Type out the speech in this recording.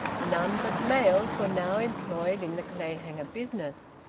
none but males were now employed in the clayhanger business,